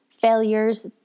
failures